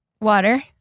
Water